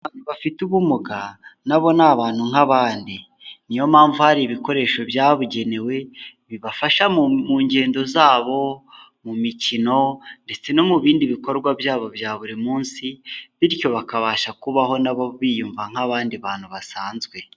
Abantu bafite ubumuga, nabo ni abantu nk'abandi niyo mpamvu hari ibikoresho byabugenewe bibafasha mu ngendo zabo mu mikino ndetse no mu bindi bikorwa byabo bya buri munsi, bityo bakabasha kubaho nabo biyumva nk'abandi bantu basanzwe.